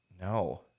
No